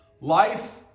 life